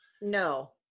no